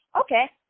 Okay